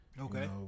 Okay